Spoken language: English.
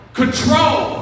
control